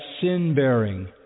sin-bearing